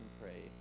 pray